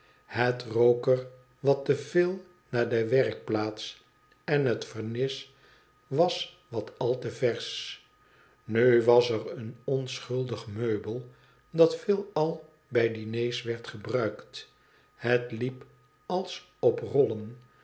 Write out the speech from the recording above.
het rook er wat te veel naar de werkplaats en het vernis was wat al te versch nu was er een onschuldig meubel dat veelal bij diners werd gebruikt het liep als